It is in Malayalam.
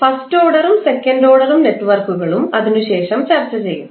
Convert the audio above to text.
1st ഓർഡറും ഉം 2nd ഓർഡറും നെറ്റ്വർക്കുകളും അതിനുശേഷം ചർച്ച ചെയ്യും